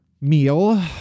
meal